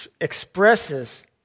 expresses